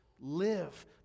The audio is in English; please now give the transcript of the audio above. live